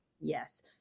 Yes